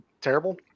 terrible